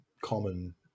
common